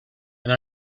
and